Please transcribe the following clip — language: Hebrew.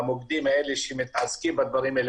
אלה שמתעסקים בדברים האלה,